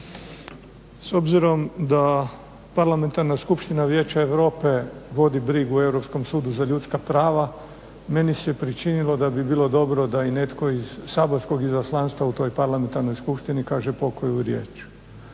S obzirom da Parlamentarna skupština Vijeća Europe vodi brigu o Europskom sudu za ljudska prava, meni se pričinilo da bi bilo dobro da i netko iz saborskog izaslanstva u to parlamentarnoj skupštini kaže pokoju riječ.